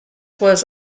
was